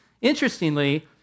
Interestingly